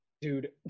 Dude